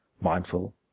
mindful